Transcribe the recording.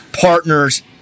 partners